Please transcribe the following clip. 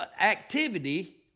activity